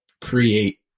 create